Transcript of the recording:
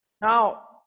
Now